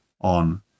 on